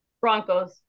Broncos